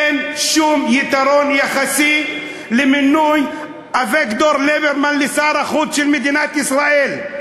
אין שום יתרון יחסי למינוי אביגדור ליברמן לשר החוץ של מדינת ישראל.